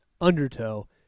Undertow